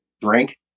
drink